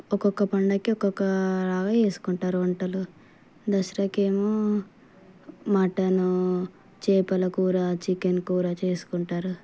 ఒక్కొక్క పండగకి ఒక్కొక్క లాగా చేసుకుంటారు వంటలు దసరాకి ఏమో మటన్ చేపల కూర చికెన్ కూర చేసుకుంటారు